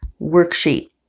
worksheet